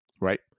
right